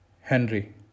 Henry